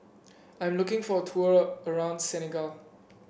I'm looking for a tour around Senegal